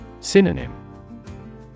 Synonym